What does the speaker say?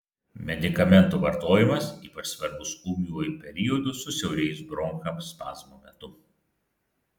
medikamentų vartojimas ypač svarbus ūmiuoju periodu susiaurėjus bronchams spazmo metu